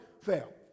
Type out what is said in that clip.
fail